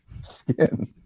skin